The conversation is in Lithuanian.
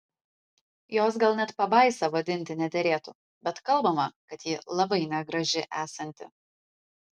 jos gal net pabaisa vadinti nederėtų bet kalbama kad ji labai negraži esanti